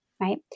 right